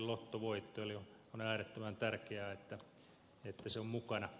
eli on äärettömän tärkeää että se on mukana